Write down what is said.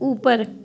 اوپر